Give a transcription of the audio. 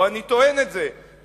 לא אני טוען את זה,